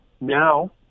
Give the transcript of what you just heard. now